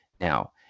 now